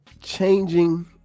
changing